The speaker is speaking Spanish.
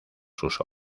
sus